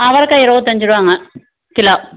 அவரக்காய் இருபத்தஞ்சிருவாங்க கிலோ